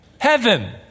heaven